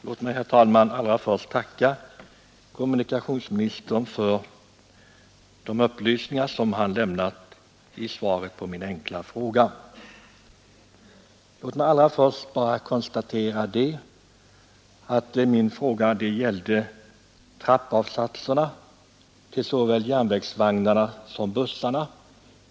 Herr talman! Låt mig allra först tacka kommunikationsministern för de upplysningar som han lämnat i svaret på min enkla fråga. Min fråga gällde trappavsatserna till såväl järnvägsvagnar som bussar.